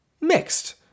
mixed